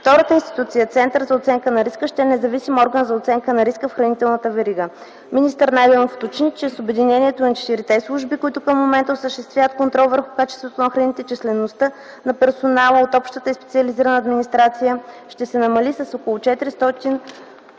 Втората институция, Център за оценка на риска, ще е независим орган за оценка на риска в хранителната верига. Министър Найденов уточни, че с обединението на четирите служби, които към момента осъществят контрол върху качеството на храните, числеността на персонала от общата и специализираната администрация ще се намали с около 400